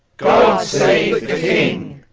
god saue the king.